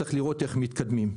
צריך לראות איך מתקדמים.